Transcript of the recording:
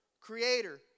creator